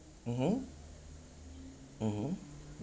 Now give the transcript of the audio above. mmhmm mmhmm